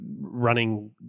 running